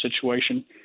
situation